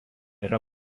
yra